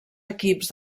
equips